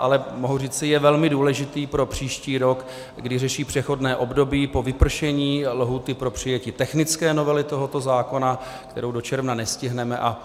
Ale mohu říci, je velmi důležitý pro příští rok, kdy řeší přechodné období po vypršení lhůty pro přijetí technické novely tohoto zákona, kterou do června nestihneme, a